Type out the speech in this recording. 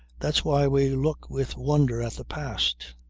that's why we look with wonder at the past.